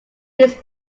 this